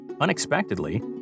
Unexpectedly